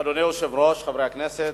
אדוני היושב-ראש, חברי הכנסת,